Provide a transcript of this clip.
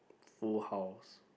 full house